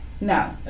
No